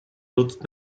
nutzt